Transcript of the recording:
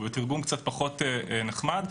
ובתרגום קצת פחות נחמד,